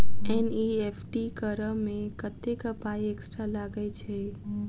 NEFT करऽ मे कत्तेक पाई एक्स्ट्रा लागई छई?